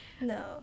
No